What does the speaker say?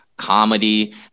comedy